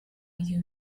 you